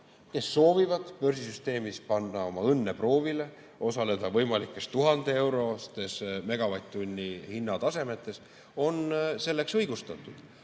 Kes soovivad börsisüsteemis panna oma õnne proovile, osaleda võimalikes 1000‑eurostes megavatt-tunni hinnatasemetes, [saavad seda